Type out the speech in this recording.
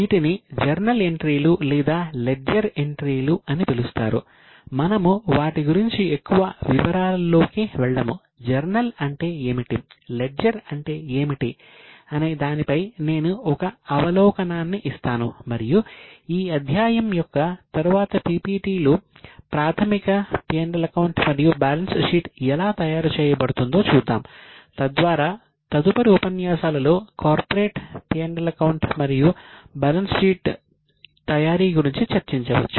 వీటిని జర్నల్ ఎంట్రీలులో ప్రాథమిక P L అకౌంట్ మరియు బ్యాలెన్స్ షీట్ ఎలా తయారు చేయబడుతుందో చూద్దాం తద్వారా తదుపరి ఉపన్యాసాలలో కార్పొరేట్ P L అకౌంట్ మరియు బ్యాలెన్స్ షీట్ తయారీ గురించి చర్చించవచ్చు